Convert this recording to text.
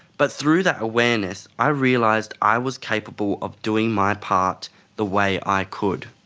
but through that awareness i realised i was capable of doing my part the way i could.